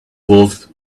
wolfed